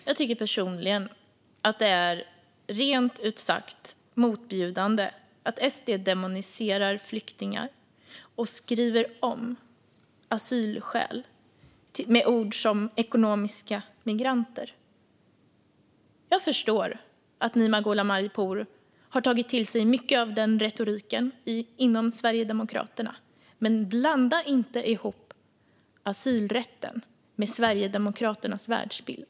Fru talman! Jag tycker personligen att det är rent ut sagt motbjudande att SD demoniserar flyktingar och skriver om asylskäl med ord som ekonomiska migranter. Jag förstår att Nima Gholam Ali Pour har tagit till sig mycket av denna retorik inom Sverigedemokraterna. Men blanda inte ihop asylrätten med Sverigedemokraternas världsbild.